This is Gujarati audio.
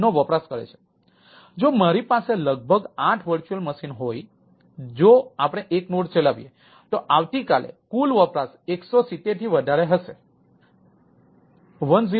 તેથી જો મારી પાસે લગભગ 8 VM હોય જો આપણે 1 નોડ ચલાવીએ તો આવતીકાલે કુલ વપરાશ 170 થી વધારે હશે 1053